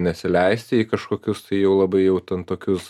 nesileisti į kažkokius tai jau labai jau ten tokius